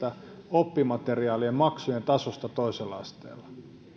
oppimateriaalien maksujen tasosta toisella asteella